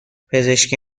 پزشکی